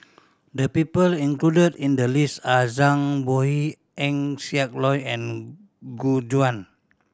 the people included in the list are Zhang Bohe Eng Siak Loy and Gu Juan